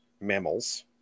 mammals